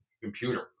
computer